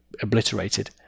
obliterated